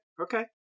okay